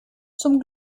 zum